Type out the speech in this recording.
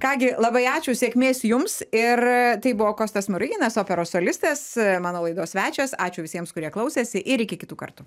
ką gi labai ačiū sėkmės jums ir tai buvo kostas smoriginas operos solistas mano laidos svečias ačiū visiems kurie klausėsi ir iki kitų kartų